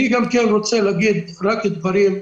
אני רוצה להגיד כמה דברים.